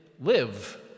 live